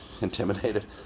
intimidated